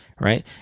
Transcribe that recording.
right